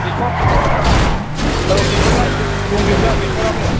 बेसर औ बेसर लाय दंजोबोदा बेसर आबो